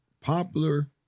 popular